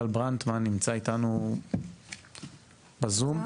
נמצא איתנו בזום.